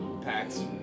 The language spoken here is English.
packs